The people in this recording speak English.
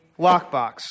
lockbox